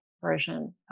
version